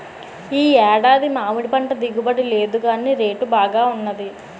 ఈ ఏడాది మామిడిపంట దిగుబడి లేదుగాని రేటు బాగా వున్నది